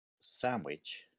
sandwich